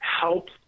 help